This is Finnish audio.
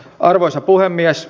arvoisa puhemies